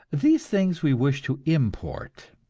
these things we wish to import.